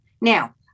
Now